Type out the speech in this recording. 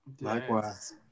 Likewise